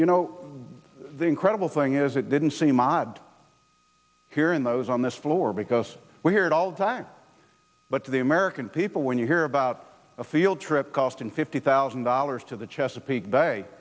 you know the incredible thing is it didn't seem odd here in those on this floor because we're all dying but for the american people when you hear about a field trip cost and fifty thousand dollars to the chesapeake bay